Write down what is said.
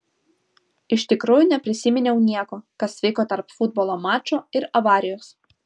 iš tikrųjų neprisiminiau nieko kas vyko tarp futbolo mačo ir avarijos